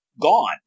gone